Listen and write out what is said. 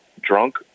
drunk